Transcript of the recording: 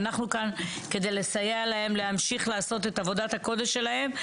ואנחנו כאן כדי לסייע לנו להמשיך לעשות את עבודת הקודש שלהן.